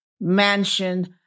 mansion